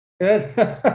good